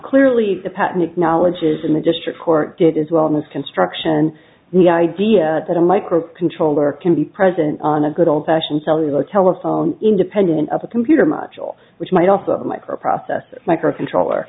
clearly patton acknowledges in the district court did as well in this construction the idea that a microcontroller can be present on a good old fashioned cellular telephone independent of a computer much all which might also be a microprocessor microcontroller